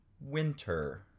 winter